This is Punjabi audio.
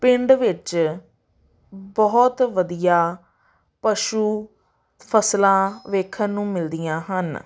ਪਿੰਡ ਵਿੱਚ ਬਹੁਤ ਵਧੀਆ ਪਸ਼ੂ ਫਸਲਾਂ ਦੇਖਣ ਨੂੰ ਮਿਲਦੀਆਂ ਹਨ